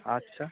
আচ্ছা